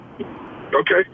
Okay